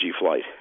flight